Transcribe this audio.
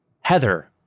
Heather